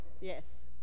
Yes